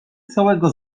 całego